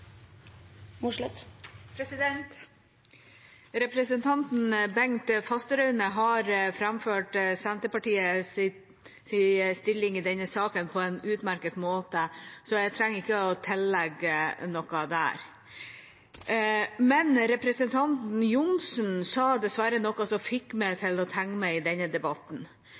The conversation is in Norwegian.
det. Representanten Bengt Fasteraune har framført Senterpartiets stilling i denne saken på en utmerket måte, så jeg trenger ikke å legge til noe der. Men representanten Johnsen sa dessverre noe som fikk meg til å tegne meg i denne debatten.